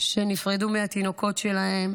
שנפרדו מהתינוקות שלהם